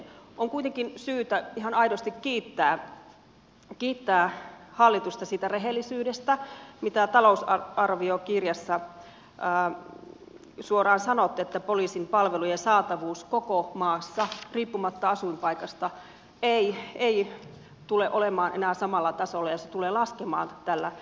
on kuitenkin syytä ihan aidosti kiittää hallitusta siitä rehellisyydestä mitä talousarviokirjassa suoraan sanotte että poliisin palvelujen saatavuus koko maassa riippumatta asuinpaikasta ei tule olemaan enää samalla tasolla ja se tulee laskemaan tällä kehyskaudella